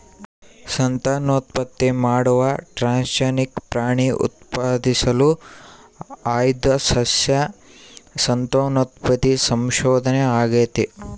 ಸಂತಾನೋತ್ಪತ್ತಿ ಮಾಡುವ ಟ್ರಾನ್ಸ್ಜೆನಿಕ್ ಪ್ರಾಣಿ ಉತ್ಪಾದಿಸಲು ಆಯ್ದ ಸಸ್ಯ ಸಂತಾನೋತ್ಪತ್ತಿ ಸಂಶೋಧನೆ ಆಗೇತಿ